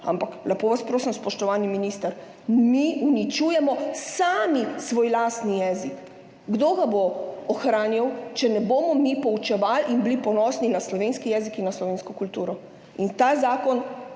Ampak lepo vas prosim, spoštovani minister, mi sami uničujemo svoj lastni jezik. Kdo ga bo ohranjal, če ne bomo mi poučevali in ne bomo ponosni na slovenski jezik in na slovensko kulturo? Ta zakon